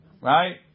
right